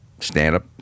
stand-up